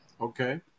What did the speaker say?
Okay